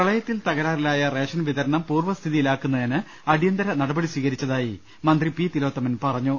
പ്രളയത്തിൽ തകരാറിലായ റേഷൻ വിതരണം പൂർവ സ്ഥിതിയിലാക്കുന്നതിന് അടിയന്തര നടപടി സ്വീകരിച്ചതായി മന്ത്രി പി തിലോത്തമൻ പറഞ്ഞു